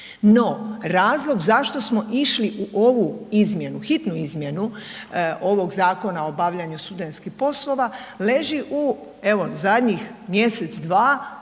No, razlog zašto smo išli u ovu izmjenu, hitnu izmjenu ovog Zakona o obavljanju studentskih poslova leži evo u zadnjih mjesec, dva,